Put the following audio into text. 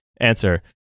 answer